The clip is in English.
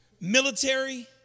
military